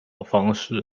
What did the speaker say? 方式